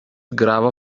grava